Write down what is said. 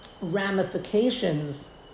ramifications